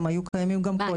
הם היו קיימים גם קודם.